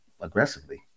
aggressively